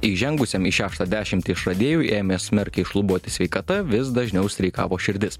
įžengusiam į šeštą dešimtį išradėjui ėmė smarkiai šlubuoti sveikata vis dažniau streikavo širdis